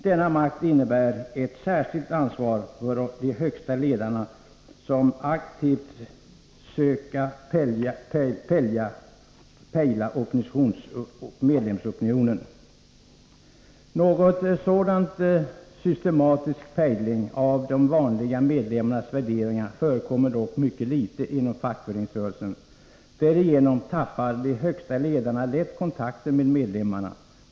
Denna makt innebär ett särskilt ansvar för de högsta ledarna att aktivt söka pejla medlemsopinionen. Någon sådan systematisk pejling av de vanliga medlemmarnas värdering förekommer dock i mycket ringa omfattning inom fackföreningsrörelsen. Därigenom tappar de högsta ledarna lätt kontakten med medlemmarna.